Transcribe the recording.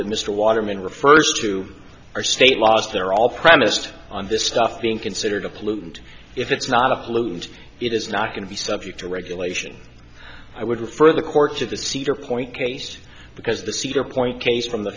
that mr waterman refers to are state lost they're all premised on this stuff being considered a pollutant if it's not a lubed it is not going to be subject to regulation i would refer the court to the cedar point case because the cedar point case from the